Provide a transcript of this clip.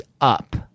up